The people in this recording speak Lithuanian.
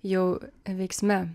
jau veiksme